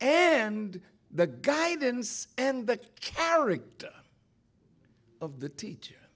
and the guidance and the character of the teacher